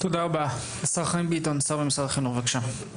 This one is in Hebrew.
תודה רבה, השר חיים ביטון שר במשרד החינוך בבקשה.